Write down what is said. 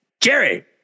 Jerry